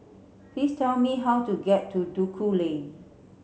please tell me how to get to Duku Lane